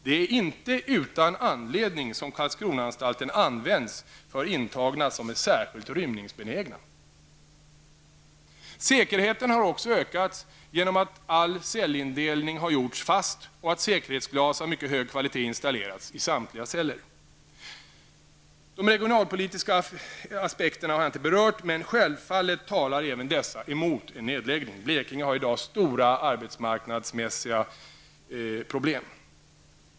Det är inte utan anledning som Karlskronaanstalten används för intagna som är särskilt rymningsbenägna. Säkerheten har också ökats genom att all cellinredning har gjorts fast och att säkerhetsglas av mycket hög kvalitet installerats i samtliga celler. De regionalpolitiska aspekterna har jag inte berört. Men självfallet talar även dessa emot en nedläggning. Blekinge har i dag stora arbetsmarknadsmässiga problem.